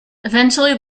eventually